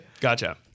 Gotcha